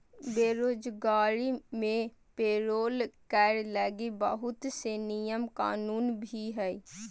बेरोजगारी मे पेरोल कर लगी बहुत से नियम कानून भी हय